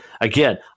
again